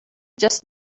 just